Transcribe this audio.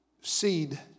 seed